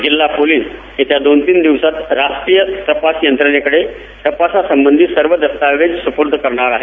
जिल्हा पोलिस येत्या दोन तीन दिवसात राष्ट्रीय तपास यंत्रणेकडे तपासासंबधी सर्व दस्त्ऐवज सुपूर्द करणार आहेत